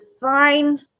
fine